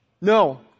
No